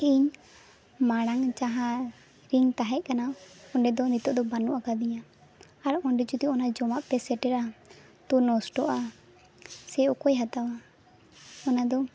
ᱤᱧ ᱢᱟᱲᱟᱝ ᱡᱟᱦᱟᱸ ᱨᱮᱧ ᱛᱟᱦᱮᱸ ᱠᱟᱱᱟ ᱚᱸᱰᱮ ᱫᱚ ᱱᱤᱛᱳᱜ ᱫᱚ ᱵᱟᱹᱱᱩᱜ ᱟᱠᱟᱫᱤᱧᱟᱹ ᱟᱨ ᱚᱸᱰᱮ ᱡᱩᱫᱤ ᱚᱱᱟ ᱡᱚᱢᱟᱜ ᱯᱮ ᱥᱮᱴᱮᱨᱟ ᱛᱳ ᱱᱚᱥᱴᱚᱜᱼᱟ ᱥᱮ ᱚᱠᱚᱭ ᱦᱟᱛᱟᱣᱟ ᱚᱱᱟ ᱫᱚ